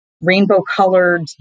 rainbow-colored